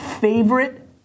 favorite